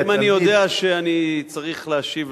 אם אני יודע שאני צריך להשיב